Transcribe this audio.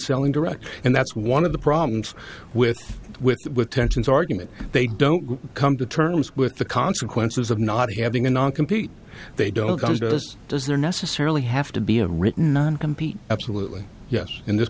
selling direct and that's one of the problems with with tensions argument they don't come to terms with the consequences of not having a non compete they don't just does there necessarily have to be a written compete absolutely yes in this